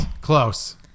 close